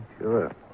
Sure